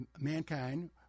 mankind